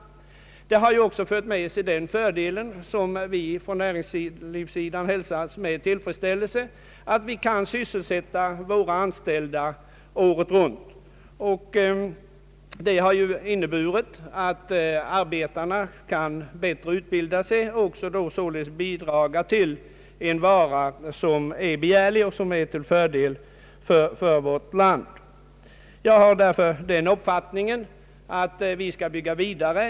Det har också haft den fördelen med sig, som vi från näringslivets sida hälsar med tillfredsställelse, att vi kunnat sysselsätta våra anställda året runt. Det har inneburit att arbetarna bättre kunnat utbilda sig och därigenom bidragit till att åstadkomma en vara, som är begärlig och till fördel för vårt land. Jag har därför den uppfattningen att vi bör bygga vidare.